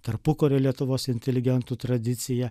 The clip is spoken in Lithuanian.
tarpukario lietuvos inteligentų tradicija